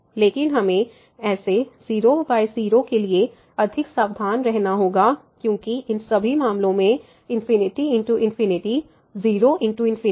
लेकिन हमें ऐसे 00 के लिए अधिक सावधान रहना होगा क्योंकि इन सभी मामलों में ∞×∞ 0 × ∞है